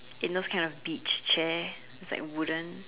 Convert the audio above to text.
in those kind of beach chair is like wooden